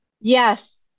Yes